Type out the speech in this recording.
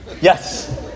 yes